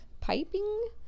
piping